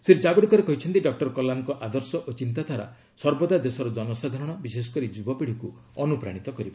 ଶ୍ରୀ ଜାବଡେକର କହିଛନ୍ତି ଡକୁର କଲାମଙ୍କ ଆଦର୍ଶ ଓ ଚିନ୍ତାଧାରା ସର୍ବଦା ଦେଶର ଜନସାଧାରଣ ବିଶେଷକରି ଯୁବପିଢ଼ିକୁ ଅନୁପ୍ରାଣିତ କରିବ